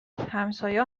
همسایه